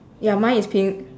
ya mine is pink